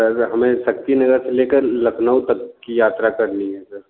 sir हमें सक्ति नगर से लेकर लखनऊ तक की यात्रा करनी है सर